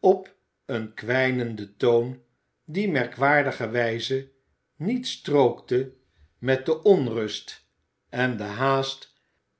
op een kwijnenden toon die merkwaardigerwijze niet strookte met de onrust en de haast